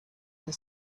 her